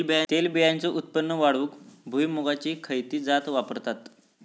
तेलबियांचा उत्पन्न वाढवूक भुईमूगाची खयची जात वापरतत?